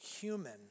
human